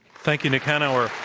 thank you. nick hanauer.